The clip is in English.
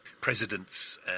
presidents